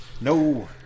No